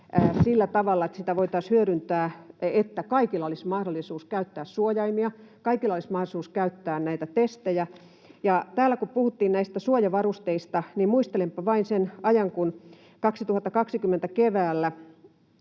sillä tavalla, että sitä voitaisiin hyödyntää, että kaikilla olisi mahdollisuus käyttää suojaimia ja kaikilla olisi mahdollisuus käyttää näitä testejä. Täällä kun puhuttiin näistä suojavarusteista, niin muistelenpa vain sitä aikaa, kun 2020 keväällä,